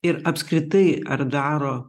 ir apskritai ar daro